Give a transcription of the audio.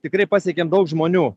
tikrai pasiekėm daug žmonių